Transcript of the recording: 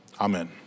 Amen